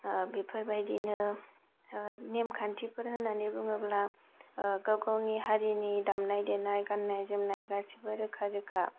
बेफोरबायदिनो नेमखान्थिफोर होन्नानै बुङोब्ला गाव गावनि हारिनि दामनाय देनाय गान्नाय जोमनाय गासैबो रोखा रोखा